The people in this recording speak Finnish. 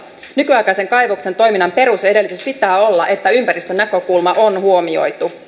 nykyaikaisen kaivoksen toiminnan perusedellytys pitää olla että ympäristönäkökulma on huomioitu